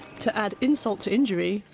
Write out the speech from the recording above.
to add insult to injury,